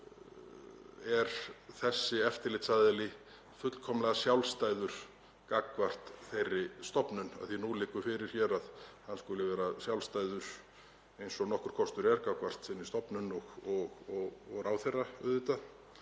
háttað? Er þessi eftirlitsaðili fullkomlega sjálfstæður gagnvart þeirri stofnun, af því að nú liggur fyrir hér að hann skuli vera sjálfstæður eins og nokkur kostur er gagnvart sinni stofnun og ráðherra auðvitað?